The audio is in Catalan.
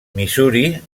missouri